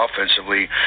offensively